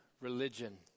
Religion